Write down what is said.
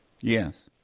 Yes